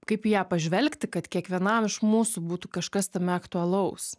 kaip į ją pažvelgti kad kiekvienam iš mūsų būtų kažkas tame aktualaus